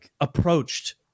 approached –